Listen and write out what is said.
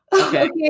Okay